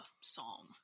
song